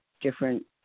different